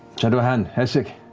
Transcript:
shadowhand essek.